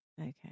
okay